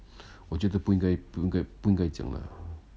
我觉得不应该不应该不应该讲啦